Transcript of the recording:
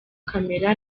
camera